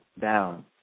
down